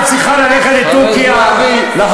חבר הכנסת נסים זאב,